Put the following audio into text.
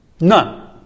None